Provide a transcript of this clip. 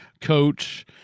coach